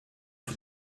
von